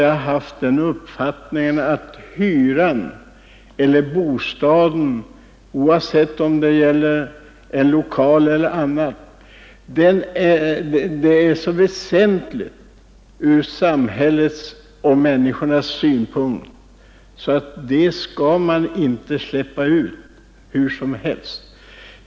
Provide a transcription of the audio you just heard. Jag har haft den uppfattningen att hyran, oavsett om det gäller en lokal eller en bostad, är så väsentlig för människorna och samhället att den inte får släppas hur som helst.